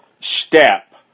step